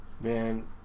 Man